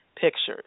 pictures